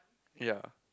ya